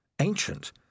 Ancient